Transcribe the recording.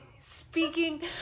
speaking